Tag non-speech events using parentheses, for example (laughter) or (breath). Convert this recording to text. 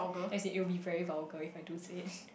(breath) as in it will be very vulgar if I do say it (breath)